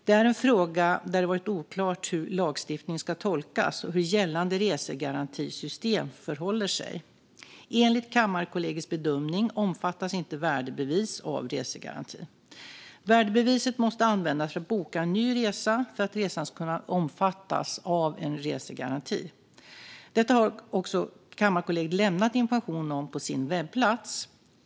Det är en fråga där det varit oklart hur lagstiftningen ska tolkas och hur gällande resegarantisystem förhåller sig. Enligt Kammarkollegiets bedömning omfattas inte värdebevis av resegarantin. Värdebeviset måste användas för att boka en ny resa för att resan ska kunna omfattas av en resegaranti. Detta har Kammarkollegiet lämnat information om på sin webbplats.